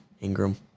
Ingram